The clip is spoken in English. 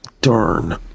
darn